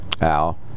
Al